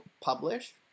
Publish